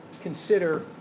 consider